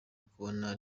kubona